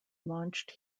launched